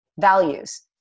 values